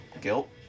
guilt